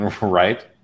Right